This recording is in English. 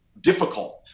difficult